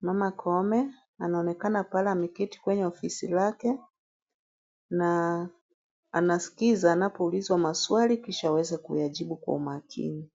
mama Koome anaonekana pale ameketi kwenye ofisi lake na anasikiza anapoulizwa maswali kisha aweze kuyajibu kwa makini.